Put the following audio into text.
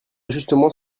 justement